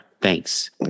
thanks